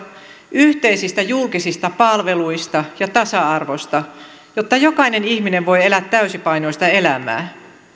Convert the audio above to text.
yhteisistä julkisista palveluista ja tasa arvosta jotta jokainen ihminen voi elää täysipainoista elämää